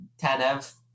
Tanev